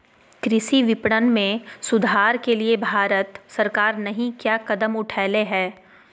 कृषि विपणन में सुधार के लिए भारत सरकार नहीं क्या कदम उठैले हैय?